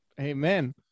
Amen